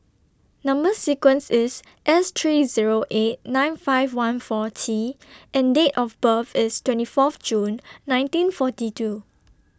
Number sequence IS S three Zero eight nine five one four T and Date of birth IS twenty Fourth June nineteen forty two